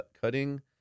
cutting